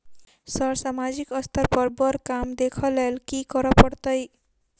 Sir सामाजिक स्तर पर बर काम देख लैलकी करऽ परतै?